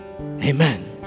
amen